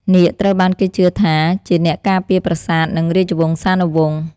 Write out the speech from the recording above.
នាគត្រូវបានគេជឿថាជាអ្នកការពារប្រាសាទ និងរាជវង្សានុវង្ស។